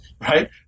right